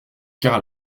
car